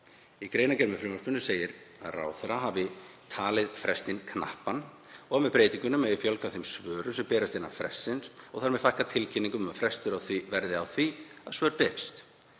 Í greinargerð með frumvarpinu segir að ráðherrar hafi talið frestinn knappan og að með breytingunni megi fjölga þeim svörum sem berast innan frestsins og þar með fækka tilkynningum um að frestur verði á því að svör berist.